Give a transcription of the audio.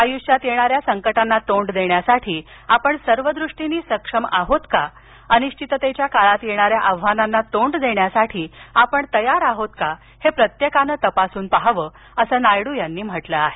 आयुष्यात येणाऱ्या संकटांना तोंड देण्यासाठी आपण सर्व दृष्टीने सक्षम आहोत का अनिश्चिततेच्या काळात येणाऱ्या आव्हानांना तोंड देण्यासाठी आपण तयार आहोत का हे प्रत्येकाने तपासून पहावं असं नायड्र यांनी म्हटलं आहे